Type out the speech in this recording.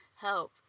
help